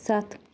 ستھ